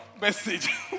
message